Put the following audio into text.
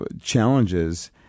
challenges